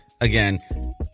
Again